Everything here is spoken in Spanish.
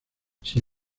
sin